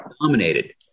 dominated